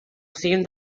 cim